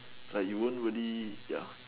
like you won't really ya